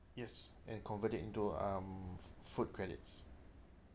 yes and convert it into um f~ food credits